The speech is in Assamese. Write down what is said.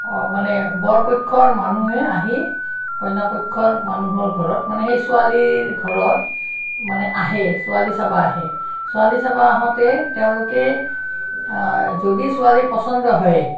অঁ মানে বৰ পক্ষৰ মানুহে আহি কইনা পক্ষৰ মানুহৰ ঘৰত মানে সেই ছোৱালীৰ ঘৰত মানে আহে ছোৱালী চাবা আহে ছোৱালী চাবা আহোঁতে তেওঁলোকে যদি ছোৱালী পচন্দ হয়